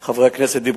גברתי הזכירה את חלקם,